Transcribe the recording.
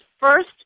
first